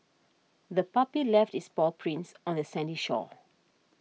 the puppy left its paw prints on the sandy shore